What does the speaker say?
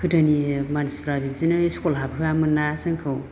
गोदोनि मानसिफ्रा बिदिनो स्कुल हाबहोयामोन ना जोंखौ